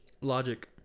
Logic